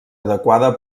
adequada